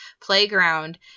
playground